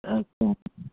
okay అండి